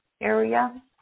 area